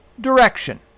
direction